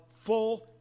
full